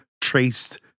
traced